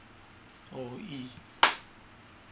O_E